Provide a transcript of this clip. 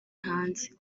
hanze